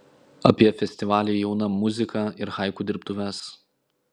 apie festivalį jauna muzika ir haiku dirbtuves